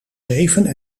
zeven